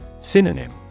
Synonym